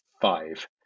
five